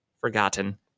forgotten